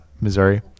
Missouri